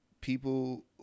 people